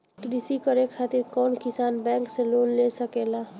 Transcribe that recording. कृषी करे खातिर कउन किसान बैंक से लोन ले सकेला?